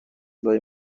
لای